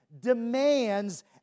demands